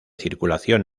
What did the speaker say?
circulación